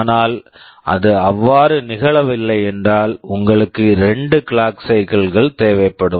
ஆனால் அது அவ்வாறு நிகழவில்லை என்றால் உங்களுக்கு 2 கிளாக் சைக்கிள்ஸ் clock cycles கள் தேவைப்படும்